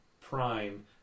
prime